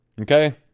Okay